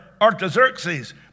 Artaxerxes